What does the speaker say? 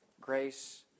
grace